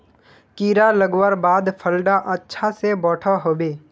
कीड़ा लगवार बाद फल डा अच्छा से बोठो होबे?